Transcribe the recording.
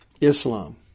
Islam